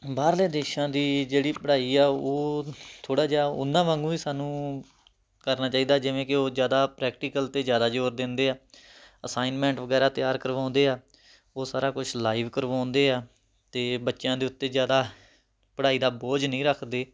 ਬਾਹਰਲੇ ਦੇਸ਼ਾਂ ਦੀ ਜਿਹੜੀ ਪੜ੍ਹਾਈ ਆ ਉਹ ਥੋੜ੍ਹਾ ਜਿਹਾ ਉਨ੍ਹਾਂ ਵਾਂਗੂ ਹੀ ਸਾਨੂੰ ਕਰਨਾ ਚਾਹੀਦਾ ਜਿਵੇਂ ਕਿ ਉਹ ਜ਼ਿਆਦਾ ਪ੍ਰੈਕਟੀਕਲ 'ਤੇ ਜ਼ਿਆਦਾ ਜ਼ੋਰ ਦਿੰਦੇ ਆ ਅਸਾਈਨਮੈਂਟ ਵਗੈਰਾ ਤਿਆਰ ਕਰਵਾਉਂਦੇ ਆ ਉਹ ਸਾਰਾ ਕੁਛ ਲਾਈਵ ਕਰਵਾਉਂਦੇ ਆ ਅਤੇ ਬੱਚਿਆਂ ਦੇ ਉੱਤੇ ਜ਼ਿਆਦਾ ਪੜ੍ਹਾਈ ਦਾ ਬੋਝ ਨਹੀਂ ਰੱਖਦੇ